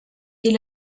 est